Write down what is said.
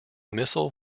missile